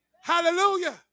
hallelujah